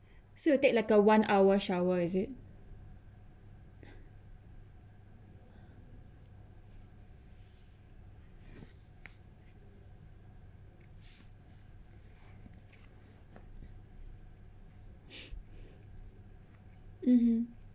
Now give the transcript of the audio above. so you take like a one hour shower is it mmhmm